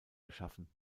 geschaffen